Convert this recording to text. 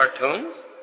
cartoons